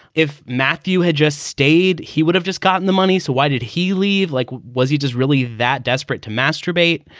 if matthew had just stayed, he would have just gotten the money. so why did he leave? like, was he just really that desperate to masturbate?